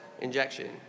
injection